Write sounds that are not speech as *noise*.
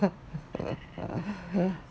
*laughs*